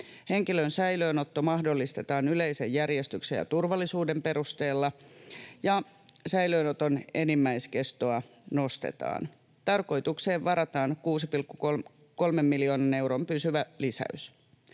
Henkilön säilöönotto mahdollistetaan yleisen järjestyksen ja turvallisuuden perusteella, ja säilöönoton enimmäiskestoa nostetaan. Tarkoitukseen varataan 6,3 miljoonan euron pysyvä lisäys.